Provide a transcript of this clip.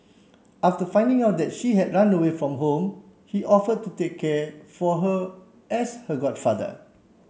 after finding out that she had run away from home he offered to take care for her as her godfather